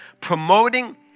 Promoting